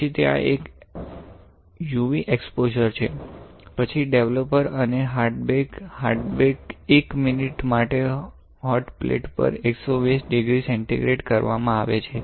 પછી ત્યાં એક UV એક્સપોઝર છે પછી ડેવલપર અને પછી હર્ડ બેક હર્ડ બેક એ 1 મિનિટ માટે હોટ પ્લેટ પર 120 ડિગ્રી સેન્ટિગ્રેડે કરવામાં આવે છે